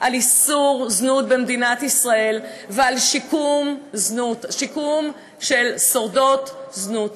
על איסור זנות במדינת ישראל ועל שיקום של שורדות זנות.